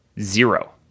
zero